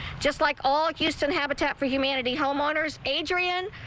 just like all houston habitat for humanity home owners, adrian.